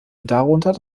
darunter